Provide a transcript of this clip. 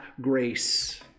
grace